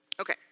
Okay